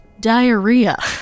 diarrhea